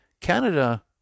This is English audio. Canada